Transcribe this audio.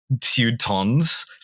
Teutons